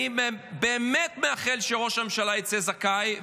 אני באמת מאחל שראש הממשלה יצא זכאי,